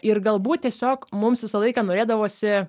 ir galbūt tiesiog mums visą laiką norėdavosi